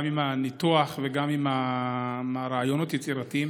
גם עם הניתוח וגם עם הרעיונות היצירתיים.